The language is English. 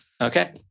Okay